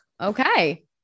Okay